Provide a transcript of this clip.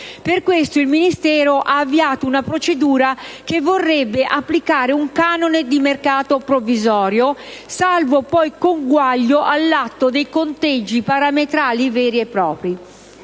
Per questo il Ministero ha avviato una procedura che vorrebbe applicare un canone di mercato provvisorio, salvo poi conguaglio all'atto dei conteggi parametrali veri e propri.